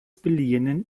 beliehenen